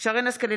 שרן מרים השכל,